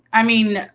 i mean,